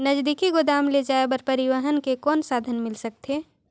नजदीकी गोदाम ले जाय बर परिवहन के कौन साधन मिल सकथे?